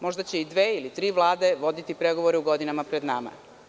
Možda će dve ili tri vlade voditi pregovore u godinama pred nama.